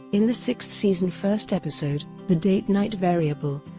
in the sixth season first episode the date night variable,